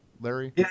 Larry